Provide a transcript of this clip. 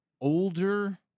Older